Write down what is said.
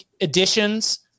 additions